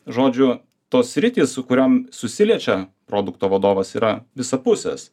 žodžiu tos sritys su kuriom susiliečia produkto vadovas yra visapusės